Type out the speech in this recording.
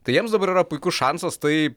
tai jiems dabar yra puikus šansas tai